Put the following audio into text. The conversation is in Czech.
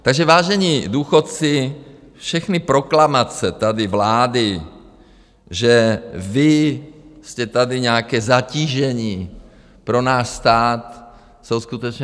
Takže vážení důchodci, všechny proklamace tady vlády, že vy jste tady nějaké zatížení pro náš stát, jsou skutečně sprosťárna.